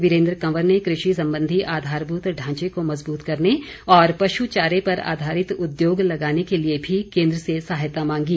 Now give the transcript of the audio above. वीरेन्द्र कंवर ने कृषि संबंधी आधारभूत ढांचे को मजबूत करने और पशु चारे पर आधारित उद्योग लगाने के लिए भी केन्द्र से सहायता मांगी